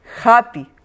happy